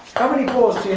how many balls